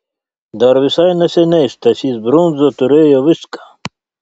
dar visai neseniai stasys brundza turėjo viską